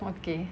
okay